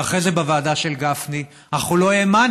ואחרי זה בוועדה של גפני, אנחנו לא האמנו.